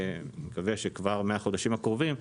ואני מקווה שכבר מהחודשים הקרובים,